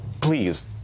Please